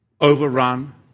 Overrun